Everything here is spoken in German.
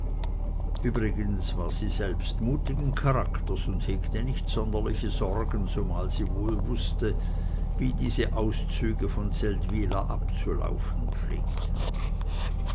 übrigens war sie selbst mutigen charakters und hegte nicht sonderliche sorgen zumal sie wohl wußte wie diese auszüge von seldwyla abzulaufen pflegten